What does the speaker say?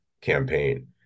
campaign